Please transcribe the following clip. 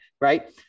Right